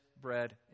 bread